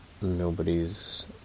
nobody's